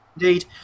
Indeed